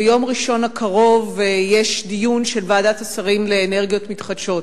ביום ראשון הקרוב יש דיון של ועדת השרים לאנרגיות מתחדשות.